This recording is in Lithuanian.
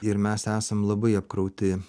ir mes esam labai apkrauti